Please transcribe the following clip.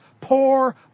poor